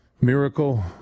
Miracle